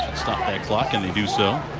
stop that clock and they do so.